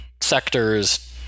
sectors